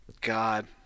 God